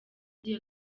ugiye